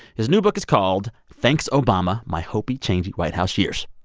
his new book is called thanks, obama my hopey, changey white house years.